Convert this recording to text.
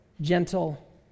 gentle